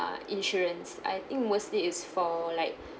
uh insurance I think mostly is for like